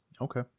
Okay